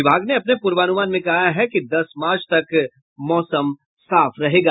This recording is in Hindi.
विभाग ने अपने पूर्वानुमान में कहा है कि दस मार्च तक मौसम साफ रहेगा